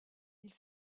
ils